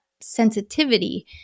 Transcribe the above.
sensitivity